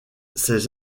ces